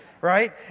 Right